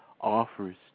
offers